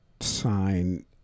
sign –